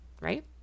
right